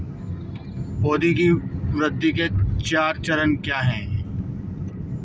पौधे की वृद्धि के चार चरण क्या हैं?